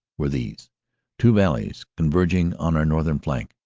were these two valleys con verging on our northern flank,